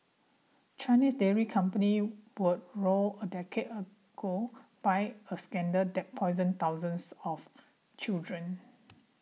Chinese dairy companies were roiled a decade ago by a scandal that poisoned thousands of children